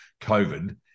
COVID